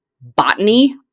botany